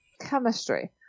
chemistry